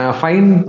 fine